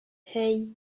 hey